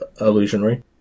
illusionary